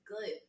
good